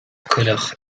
coileach